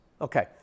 Okay